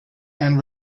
and